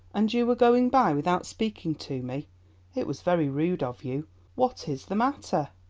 and you were going by without speaking to me it was very rude of you what is the matter?